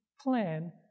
plan